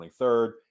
23rd